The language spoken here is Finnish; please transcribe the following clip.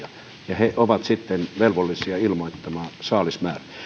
ja he ovat sitten velvollisia ilmoittamaan saalismäärät